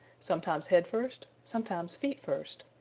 sometimes head first, sometimes feet first.